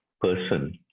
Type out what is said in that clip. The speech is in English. person